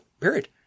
Period